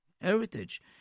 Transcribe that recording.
heritage